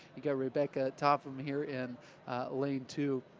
you got rebekah topham here in lane two.